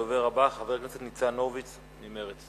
הדובר הבא, חבר הכנסת ניצן הורוביץ ממרצ.